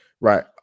Right